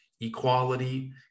equality